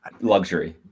luxury